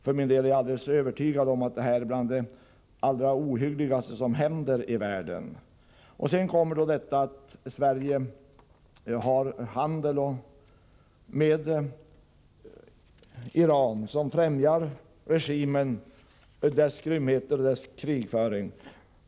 För min del är jag alldeles övertygad om att det här är bland det allra ohyggligaste som händer i världen. Sedan kommer jag till att Sverige har handel med Iran, vilket främjar regimen, dess grymheter och dess krigföring.